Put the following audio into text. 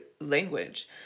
language